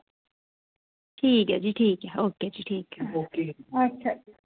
ठीक ऐ जी ठीक ऐ ओके जी ठीक ऐ ओके अच्छा जी